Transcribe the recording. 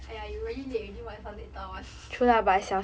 !aiya! you really late already might as well late 到完